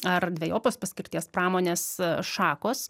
ar dvejopos paskirties pramonės šakos